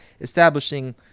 Establishing